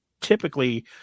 typically